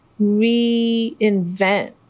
reinvent